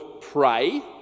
pray